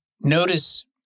notice